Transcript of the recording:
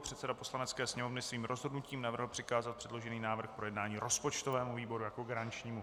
Předseda Poslanecké sněmovny svým rozhodnutím navrhl přikázat předložený návrh k projednání rozpočtovému výboru jako garančnímu.